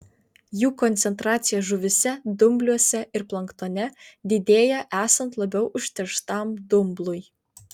jų koncentracija žuvyse dumbliuose ir planktone didėja esant labiau užterštam dumblui